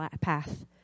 path